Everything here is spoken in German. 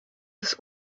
des